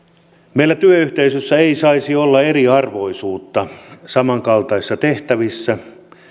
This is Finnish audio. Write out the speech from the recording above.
meillä työyhteisössä ei saisi olla eriarvoisuutta samankaltaisissa tehtävissä